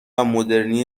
مدرنی